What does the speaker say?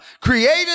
created